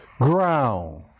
ground